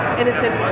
innocent